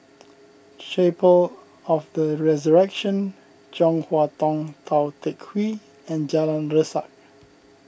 Chapel of the Resurrection Chong Hua Tong Tou Teck Hwee and Jalan Resak